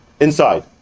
inside